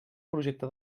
projecte